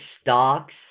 stocks